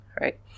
right